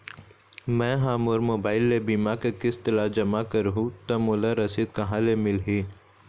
मैं हा मोर मोबाइल ले बीमा के किस्त ला जमा कर हु ता मोला रसीद कहां ले मिल ही?